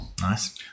Nice